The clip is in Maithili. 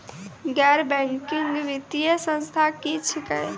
गैर बैंकिंग वित्तीय संस्था की छियै?